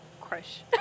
crush